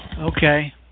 Okay